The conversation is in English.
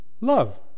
Love